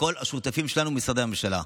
לכל השותפים שלנו במשרדי הממשלה,